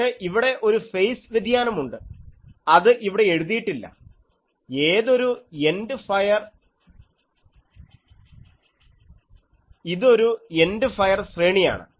പക്ഷേ ഇവിടെ ഒരു ഫെയ്സ് വ്യതിയാനം ഉണ്ട് അത് ഇവിടെ എഴുതിയിട്ടില്ല ഇതൊരു എൻഡ് ഫയർ ശ്രേണിയാണ്